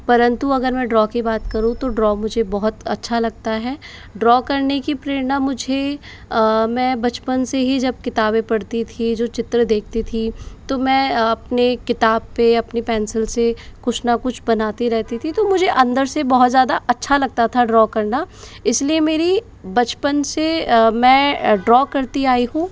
परंतु अगर मैं ड्रॉ की बात करूँ तो ड्रॉ मुझे बहुत अच्छा लगता है ड्रॉ करने की प्रेरणा मुझे मैं बचपन से ही जब किताबें पढ़ती थी जो चित्र देखती थी तो मैं अपने किताब पर अपने पेंन्सील से कुछ न कुछ बनाती रहती थी तो मुझे अंदर से बहुत ज़्यादा अच्छा लगता था ड्रॉ करना इसलिए मेरी बचपन से मैं ड्रॉ करती आई हूँ